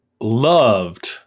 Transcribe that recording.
loved